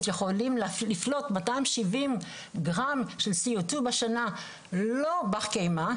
יכולים לפלוט מאתיים שבעים גרם של CO2 בשנה לא בר קיימא,